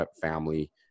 family